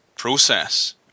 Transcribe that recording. process